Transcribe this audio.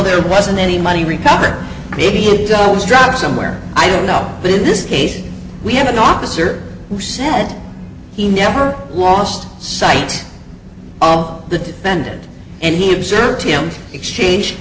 there wasn't any money repub or maybe he'll always drop somewhere i don't know but in this case we have an officer who said he never lost sight of the defendant and he observed him exchange